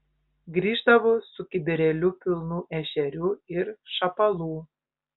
grįždavo su kibirėliu pilnu ešerių ir šapalų